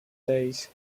days